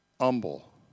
Humble